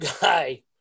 guy